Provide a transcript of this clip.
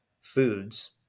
foods